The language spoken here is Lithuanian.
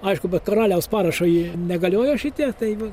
aišku be karaliaus parašo jie negalioja šitie tai va